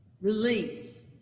Release